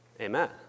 Amen